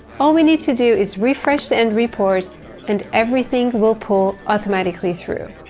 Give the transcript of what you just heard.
all we need to do is refresh the end report and everything will pull automatically through.